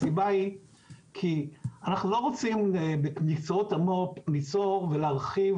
הסיבה היא כי אנחנו לא רוצים במקצועות המו"פ ליצור ולהרחיב